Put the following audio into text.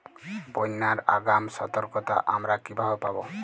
বন্যার আগাম সতর্কতা আমরা কিভাবে পাবো?